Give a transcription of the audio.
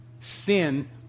Sin